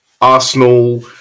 Arsenal